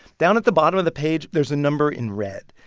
down at the bottom of the page, there's a number in red.